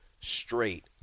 straight